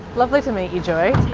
lovely to meet you joy,